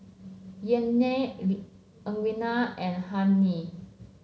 Yaynard Edwina and Hennie